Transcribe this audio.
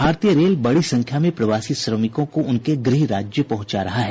भारतीय रेल बड़ी संख्या में प्रवासी श्रमिकों को उनके गृह राज्य पहुंचा रहा है